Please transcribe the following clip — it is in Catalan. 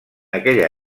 aquella